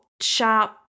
sharp